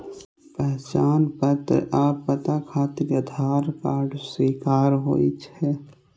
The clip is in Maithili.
पहचान पत्र आ पता खातिर आधार कार्ड स्वीकार्य होइ छै